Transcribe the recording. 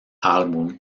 álbum